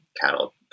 cattle